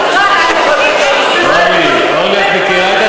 אף העובדה שהממשלה לא סיכמה את הדיון,